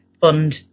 Fund